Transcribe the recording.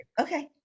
Okay